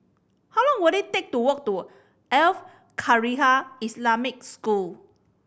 how long will it take to walk to Al Khairiah Islamic School